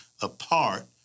apart